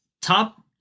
top